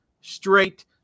straight